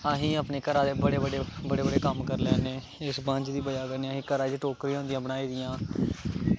अस अपने घरा दे बड़े बड़े कम्म करी लैन्ने इस बंज दी बज़ाह् कन्नै असैं घरा च टोकरियां होंदियां बनाई दियां